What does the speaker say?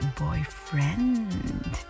boyfriend